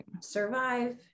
survive